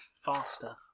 faster